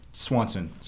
Swanson